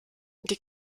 die